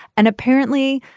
and apparently,